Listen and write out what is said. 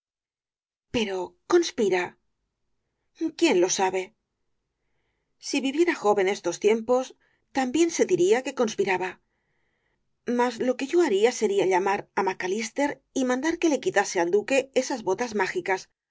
pero conspira quién lo sabe si viviera job en estos tiempos también se diría que conspiraba mas lo que yo haría sería llamar á macallister y mandar que le quitase al duque esas botas mágicas